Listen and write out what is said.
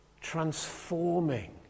transforming